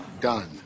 Done